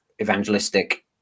evangelistic